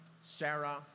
Sarah